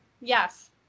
yes